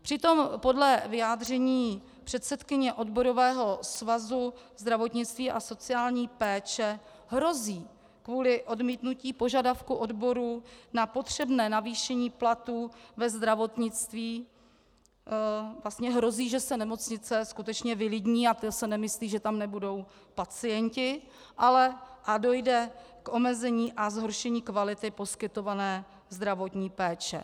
Přitom podle vyjádření předsedkyně Odborového svazu zdravotnictví a sociální péče hrozí kvůli odmítnutí požadavku odborů na potřebné navýšení platů ve zdravotnictví, že se nemocnice skutečně vylidní, a to se nemyslí, že tam nebudou pacienti, a dojde k omezení a zhoršení kvality poskytované zdravotní péče.